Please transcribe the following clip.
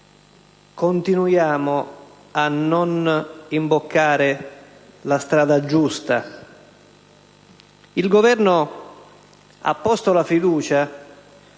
continuiamo a non imboccare la strada giusta. Il Governo ha posto la fiducia